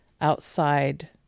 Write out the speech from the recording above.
outside